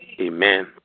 Amen